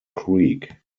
creek